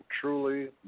truly